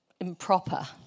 improper